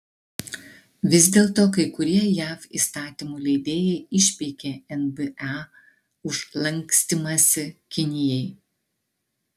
vis dėlto kai kurie jav įstatymų leidėjai išpeikė nba už lankstymąsi kinijai